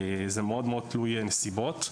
זה מאוד-מאוד תלוי נסיבות.